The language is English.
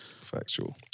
Factual